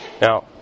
Now